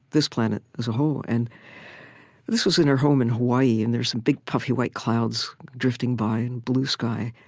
this planet as a whole? and this was in her home in hawaii, and there's some big, puffy, white clouds drifting by, and blue sky.